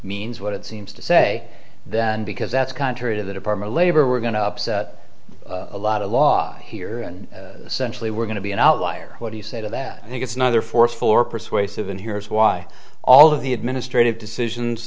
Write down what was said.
means what it seems to say that and because that's contrary to the department of labor we're going to upset a lot of law here and centrally we're going to be an outlier what do you say to that i think it's neither force for persuasive and here is why all of the administrative decisions